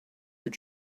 your